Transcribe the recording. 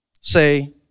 say